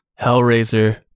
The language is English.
Hellraiser